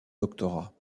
doctorat